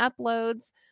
uploads